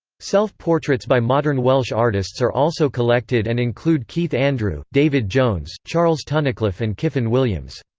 self-portraits by modern welsh artists are also collected and include keith andrew, david jones, charles tunnicliffe and kyffin williams.